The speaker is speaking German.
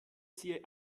sie